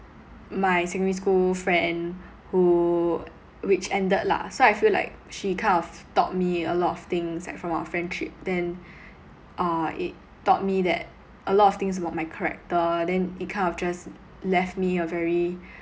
my secondary school friend who which ended lah so I feel like she kind of taught me a lot of things like from our friendship then uh it taught me that a lot of things about my character then it kind of just left me a very